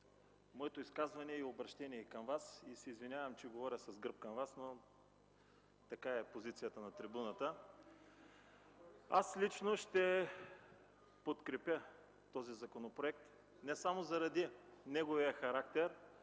моето изказване и обръщение към Вас е – извинявам се, че говоря с гръб към Вас, но такава е позицията на трибуната – че аз ще подкрепя този законопроект не само заради неговия характер,